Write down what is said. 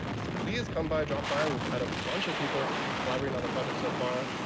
just please come by. drop by. we've had a bunch of people collaborate on the project so far.